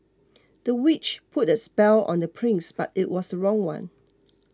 the witch put a spell on the prince but it was wrong one